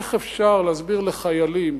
איך אפשר להסביר לחיילים